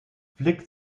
flick